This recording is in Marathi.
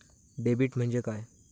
डेबिट म्हणजे काय?